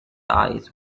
eyes